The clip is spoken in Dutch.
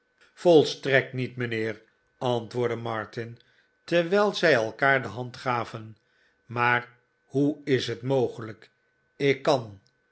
volstrekt niet mijnheer antwoordde martin terwijl zij elkaar de hand gaven maar hoe is het mogelijk ik kan